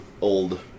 old